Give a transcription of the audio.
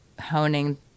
honing